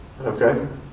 Okay